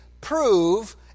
prove